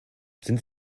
sind